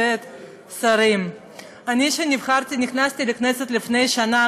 אני מוסיף את ההצבעה לפרוטוקול.